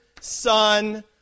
son